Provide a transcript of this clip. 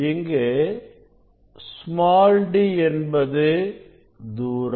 இங்கு d என்பது தூரம்